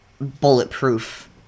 bulletproof